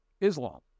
Islam